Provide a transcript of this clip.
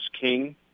king